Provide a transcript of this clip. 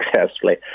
successfully